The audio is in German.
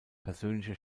persönliche